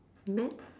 mad